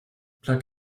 plug